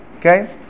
Okay